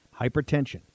Hypertension